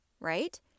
right